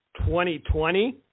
2020